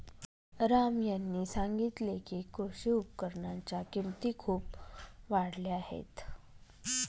राम यांनी सांगितले की, कृषी उपकरणांच्या किमती खूप वाढल्या आहेत